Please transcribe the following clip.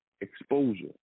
exposure